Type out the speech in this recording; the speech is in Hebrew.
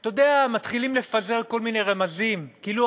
שאתה יודע, מתחילים לפזר כל מיני רמזים, כאילו